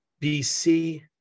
BC